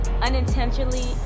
unintentionally